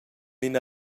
ina